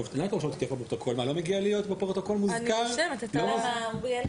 אני חושבת שהוא בכלל דיון אחר לגמרי,